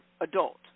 adult